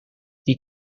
die